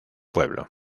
pueblo